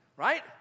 Right